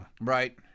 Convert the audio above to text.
Right